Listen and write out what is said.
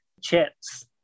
Chips